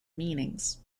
meanings